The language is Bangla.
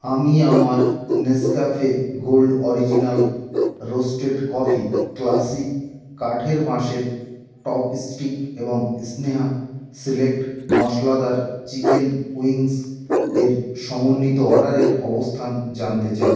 আমি আমার Nescafe gold original roasted coffee classic কাঠের বাঁশের চপস্টিক এবং স্নেহা সিলেক্ট মশলাদার চিকেন উইংস এর সমন্বিত অর্ডারের অবস্থান জানতে চাই